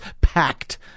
packed